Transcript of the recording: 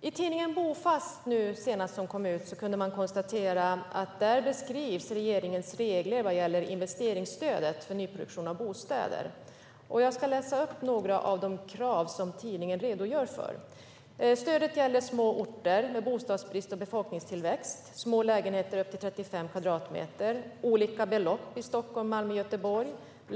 I det senaste numret av tidningen Bofast beskrivs regeringens regler vad gäller investeringsstöd för nyproduktion av bostäder. Jag ska läsa upp några av de krav som tidningen redogör för. Stödet gäller små orter med bostadsbrist och befolkningstillväxt och små lägenheter upp till 35 kvadratmeter. Det är olika belopp i Stockholm, Malmö och Göteborg.